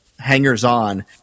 hangers-on